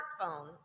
smartphone